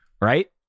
Right